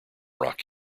rock